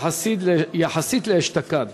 יחסית לאשתקד.